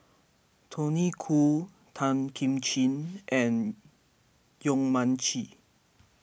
Tony Khoo Tan Kim Ching and Yong Mun Chee